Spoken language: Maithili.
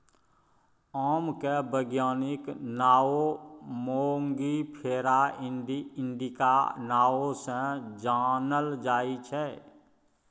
आमक बैज्ञानिक नाओ मैंगिफेरा इंडिका नाओ सँ जानल जाइ छै